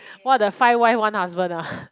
what the five wife one husband ah